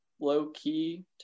low-key